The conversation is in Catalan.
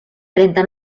trenta